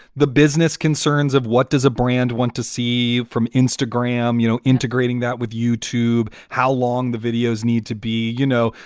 the business concerns of what does a brand want to see from instagram, you know, integrating that with youtube. how long the videos need to be. you know,